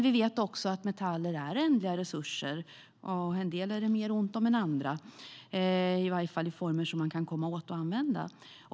Vi vet dock att metaller är ändliga resurser, och en del är det mer ont om än andra - i varje fall i former som man kan komma åt att använda.